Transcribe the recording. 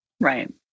Right